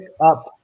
up